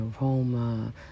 aroma